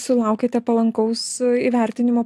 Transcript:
sulaukėte palankaus įvertinimo